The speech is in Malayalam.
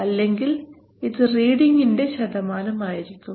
അല്ലെങ്കിൽ ഇത് റീഡിങിന്റെ ശതമാനമായിരിക്കും